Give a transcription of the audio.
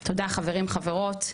// תודה חברים וחברות,